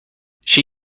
she